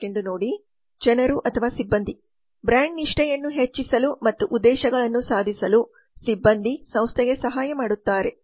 ಜನರುಸಿಬ್ಬಂದಿ brand ನಿಷ್ಠೆಯನ್ನು ಹೆಚ್ಚಿಸಲು ಮತ್ತು ಉದ್ದೇಶಗಳನ್ನು ಸಾಧಿಸಲು ಸಿಬ್ಬಂದಿ ಸಂಸ್ಥೆಗೆ ಸಹಾಯ ಮಾಡುತ್ತಾರೆ